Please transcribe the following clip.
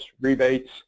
rebates